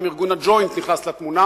גם ארגון ה"ג'וינט" נכנס לתמונה,